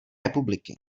republiky